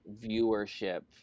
viewership